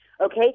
Okay